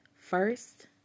First